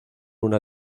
una